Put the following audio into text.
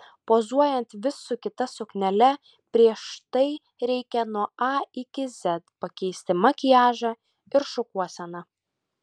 pozuojant vis su kita suknele prieš tai reikia nuo a iki z pakeisti makiažą ir šukuoseną